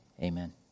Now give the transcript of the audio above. Amen